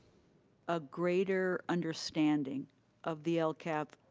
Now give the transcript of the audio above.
a greater understanding of the lcap,